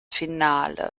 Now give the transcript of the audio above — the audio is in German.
finale